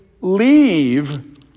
leave